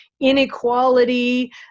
inequality